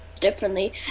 differently